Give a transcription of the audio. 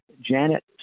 Janet